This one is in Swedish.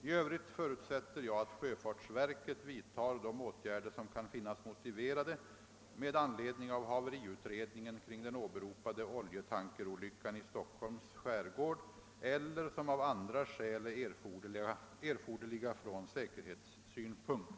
I övrigt förutsätter jag att sjöfartsverket vidtar de åtgärder som kan finnas motiverade med anledning av haveriutredningen kring den åberopade oljetankerolyckan i Stockholms skärgård eller som av andra skäl är erforderliga från säkerhetssynpunkt.